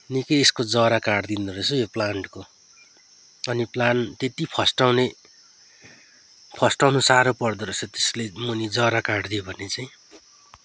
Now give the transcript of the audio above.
निक्कै यसको जरा काटिदिँदो रहेछ हौ यो प्लान्टको अनि प्लान्ट त्यति फस्टाउने फस्टाउनु साह्रो पर्दोरहेछ त्यस्ले मुनि जरा काटिदियो भने चाहिँ